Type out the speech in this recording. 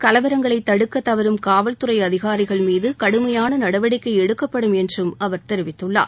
கலவரங்களை தடுக்க தவறும் காவல்துறை அதிகாரிகள் மீது கடுமையான நடவடிக்கை எடுக்கப்படும் என்று அவர் தெரிவித்துள்ளார்